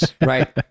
Right